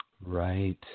Right